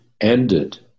ended